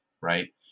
right